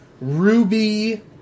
Ruby